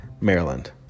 Maryland